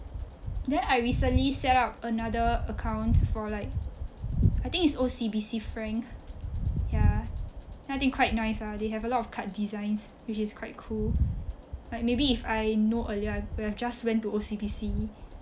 hmm then I recently set up another account for like I think it's O_C_B_C frank ya then I think quite nice ah they have a lot of card designs which is quite cool like maybe if I know earlier I would have just went to O_C_B_C